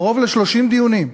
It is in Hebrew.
קרוב ל-30 דיונים,